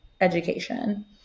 education